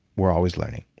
we're always learning.